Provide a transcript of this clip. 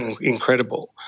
incredible